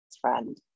friend